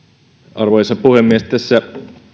arvoisa puhemies tässä